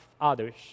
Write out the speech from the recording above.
others